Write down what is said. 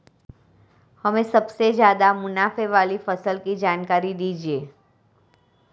हमें सबसे ज़्यादा मुनाफे वाली फसल की जानकारी दीजिए